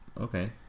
Okay